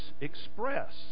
express